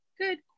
Good